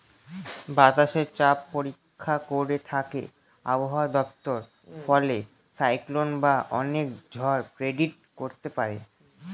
বাতাসের চাপ পরীক্ষা করে থাকে আবহাওয়া দপ্তর ফলে সাইক্লন বা অনেক ঝড় প্রেডিক্ট করতে পারে